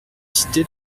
cité